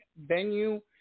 venue